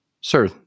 Sir